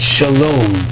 Shalom